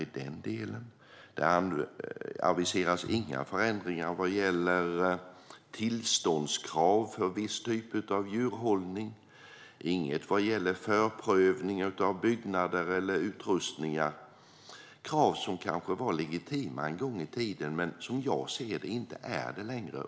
Det aviseras inga förändringar vad gäller tillståndskrav för viss typ av djurhållning och inga krav vad gäller förprövning av byggnader eller utrustningar - krav som var legitima en gång i tiden men som jag ser det inte är det längre.